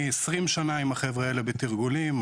אני 20 שנה עם החבר'ה האלה בתרגולים.